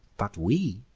but we,